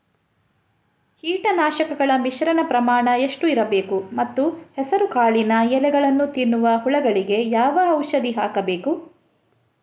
ಕೀಟನಾಶಕಗಳ ಮಿಶ್ರಣ ಪ್ರಮಾಣ ಎಷ್ಟು ಇರಬೇಕು ಮತ್ತು ಹೆಸರುಕಾಳಿನ ಎಲೆ ತಿನ್ನುವ ಹುಳಗಳಿಗೆ ಯಾವ ಔಷಧಿ ಹಾಕಬೇಕು?